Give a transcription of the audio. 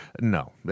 No